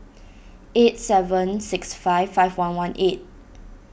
eight seven six five five one one eight